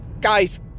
Guys